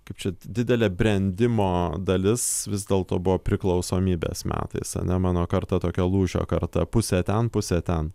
kaip čia didelė brendimo dalis vis dėlto buvo priklausomybės metais ane mano karta tokia lūžio karta pusė ten pusė ten